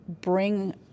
bring